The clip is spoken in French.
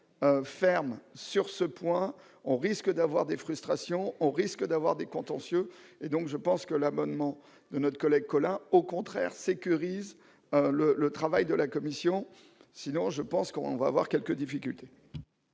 fermes sur ce point, on risque d'avoir des frustrations, on risque d'avoir des contentieux et donc je pense que l'abonnement de notre collègue Colin au contraire sécurise le le travail de la commission, sinon je pense qu'on va avoir quelques difficultés.